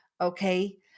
Okay